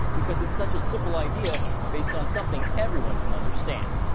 because it's such a simple idea based on something everyone can understand.